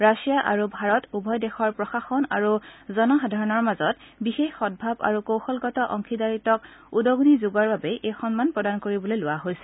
Russia আৰু ভাৰত উভয় দেশৰ প্ৰশাসন আৰু জনসাধাৰণৰ মাজত বিশেষ সদ্ভাৱ আৰু কৌশলগত অংশীদাৰীত্বক উদ্গনি যোগোৱাৰ বাবে এই সন্মান প্ৰদান কৰিবলৈ লোৱা হৈছে